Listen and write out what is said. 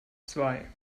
zwei